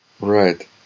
Right